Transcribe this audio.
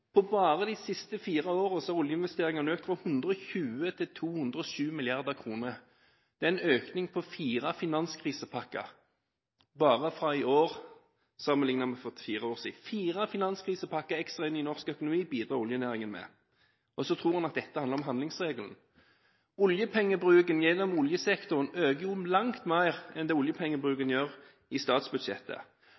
Bare de siste fire årene har oljeinvesteringene økt fra 120 mrd. kr til 207 mrd. kr. Det er en økning på fire finanskrisepakker – bare for å sammenligne i år med for fire år siden. Fire finanskrisepakker ekstra bidrar oljenæringen med inn i norsk økonomi – og så tror man at dette handler om handlingsregelen. Oljepengebruken gjennom oljesektoren øker langt mer enn det oljepengebruken